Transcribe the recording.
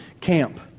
camp